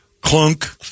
Clunk